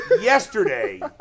Yesterday